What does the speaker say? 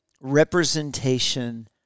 representation